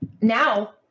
now